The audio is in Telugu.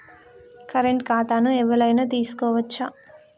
కరెంట్ ఖాతాను ఎవలైనా తీసుకోవచ్చా?